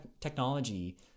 technology